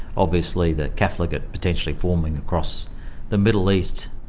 obviously the caliphate potentially forming across the middle east,